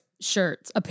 shirts